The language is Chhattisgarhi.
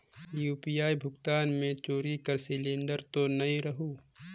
यू.पी.आई भुगतान मे चोरी कर सिलिंडर तो नइ रहु?